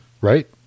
Right